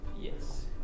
Yes